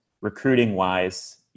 recruiting-wise